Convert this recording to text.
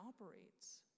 operates